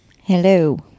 Hello